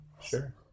Sure